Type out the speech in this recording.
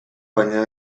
baina